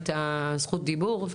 את זכות הדיבור,